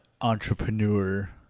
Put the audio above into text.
entrepreneur